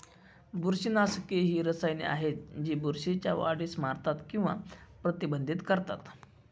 बुरशीनाशके ही रसायने आहेत जी बुरशीच्या वाढीस मारतात किंवा प्रतिबंधित करतात